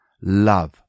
love